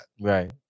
Right